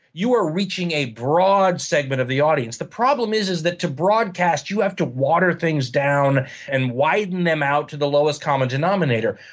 you are reaching a broad segment of the audience. the problem is is that to broadcast, you have to water things down and widen them out to the lowest common denominator.